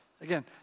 again